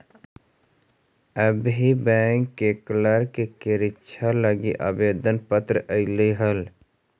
अभी बैंक के क्लर्क के रीक्षा लागी आवेदन पत्र आएलई हल